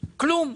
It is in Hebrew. כלום.